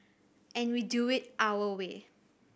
and we do it our way